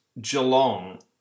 Geelong